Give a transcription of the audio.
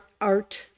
art